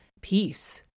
peace